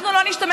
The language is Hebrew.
אנחנו לא נשתמש,